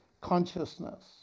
consciousness